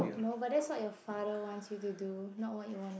no but that's what your father wants you to do not what you wanna